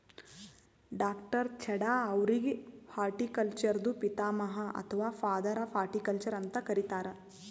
ಡಾ.ಚಢಾ ಅವ್ರಿಗ್ ಹಾರ್ಟಿಕಲ್ಚರ್ದು ಪಿತಾಮಹ ಅಥವಾ ಫಾದರ್ ಆಫ್ ಹಾರ್ಟಿಕಲ್ಚರ್ ಅಂತ್ ಕರಿತಾರ್